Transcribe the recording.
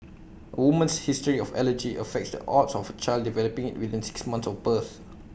woman's history of allergy affects the odds of child developing IT within six months of birth